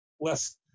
less